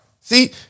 See